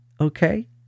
Okay